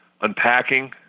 unpacking